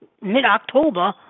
mid-October